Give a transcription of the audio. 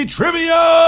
Trivia